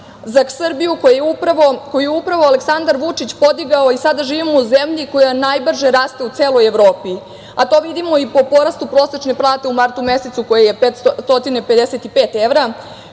za Srbiju koju je upravo Aleksandar Vučić podigao i sada živimo u zemlji koja najbrže raste u celoj Evropi, a to vidimo i po porastu prosečne plate u martu mesecu, koja je 555 evra,